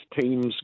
team's